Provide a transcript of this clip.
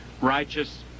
righteous